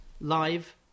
live